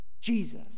Jesus